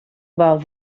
about